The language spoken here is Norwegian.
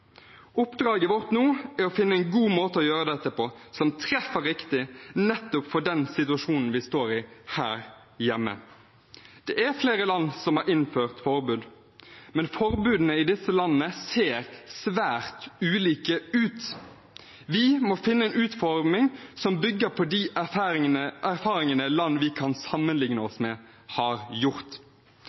Oppdraget vårt nå er å finne en god måte å gjøre dette på, som treffer riktig, nettopp for den situasjonen vi står i her hjemme. Det er flere land som har innført forbud, men forbudene i disse landene ser svært ulike ut. Vi må finne en utforming som bygger på de erfaringene land vi kan sammenligne oss med, har gjort.